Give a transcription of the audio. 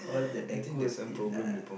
all the decors in a